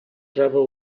driver